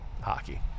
hockey